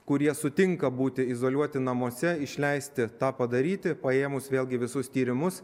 kurie sutinka būti izoliuoti namuose išleisti tą padaryti paėmus vėlgi visus tyrimus